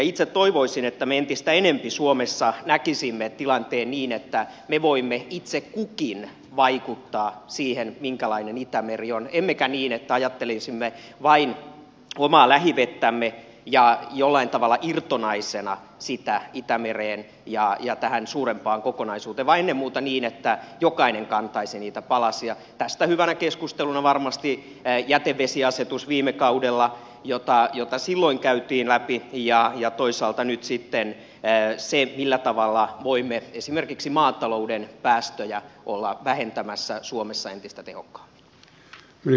itse toivoisin että me entistä enempi suomessa näkisimme tilanteen niin että me voimme itse kukin vaikuttaa siihen minkälainen itämeri on eikä niin että ajattelisimme vain omaa lähivettämme jollain tavalla irtonaisena suhteessa itämereen ja tähän suurempaan kokonaisuuteen vaan ennen muuta niin että jokainen kantaisi niitä palasia tästä hyvänä keskusteluna varmasti jätevesiasetus viime kaudella jota silloin käytiin läpi ja toisaalta nyt sitten se millä tavalla voimme esimerkiksi maatalouden päästöjä olla vähentämässä suomessa entistä tehokkaammin